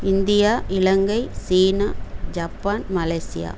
India இலங்கை சீனா Japan Malaysia